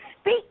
speak